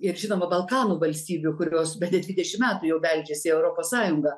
ir žinoma balkanų valstybių kurios bene dvidešimt metų jau beldžiasi į europos sąjungą